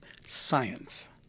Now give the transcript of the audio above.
science